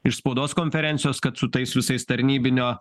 iš spaudos konferencijos kad su tais visais tarnybinio